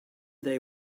they